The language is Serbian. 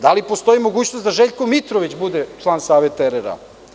Da li postoji mogućnost da Željko Mitrović bude član saveta RRA?